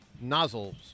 nozzles